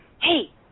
hey